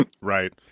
right